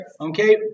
okay